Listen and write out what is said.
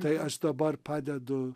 tai aš dabar padedu